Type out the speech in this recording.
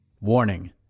Warning